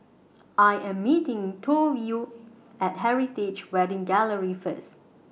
I Am meeting Toivo At Heritage Wedding Gallery First